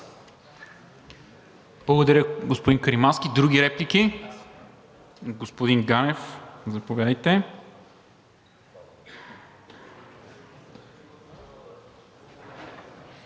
Благодаря, господин Каримански. Други реплики? Господин Ганев, заповядайте.